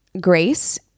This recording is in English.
grace